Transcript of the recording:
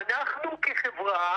אנחנו כחברה,